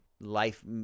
life